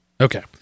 Okay